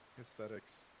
Aesthetics